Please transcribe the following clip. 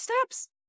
steps